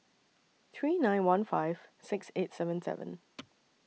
three nine one five six eight seven seven